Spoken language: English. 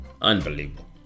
Unbelievable